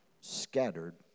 scattered